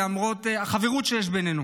למרות החברות שיש בינינו